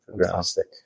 Fantastic